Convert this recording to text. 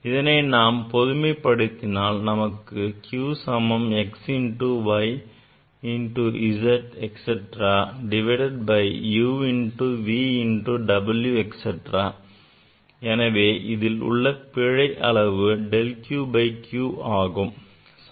இதனை நாம் பொதுமைப்படுத்தினால் நமக்கு q சமம் x into y into z etcetera divided by u into v into w etcetera எனவே இதில் உள்ள பிழை அளவு del q by q ஆகும்